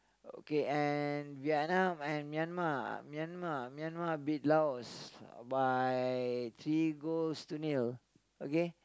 okay and Vietnam and Myanmar Myanmar Myanmar beat Laos by three goals to nil okay